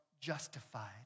justified